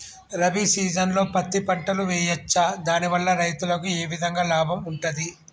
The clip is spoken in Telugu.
రబీ సీజన్లో పత్తి పంటలు వేయచ్చా దాని వల్ల రైతులకు ఏ విధంగా లాభం ఉంటది?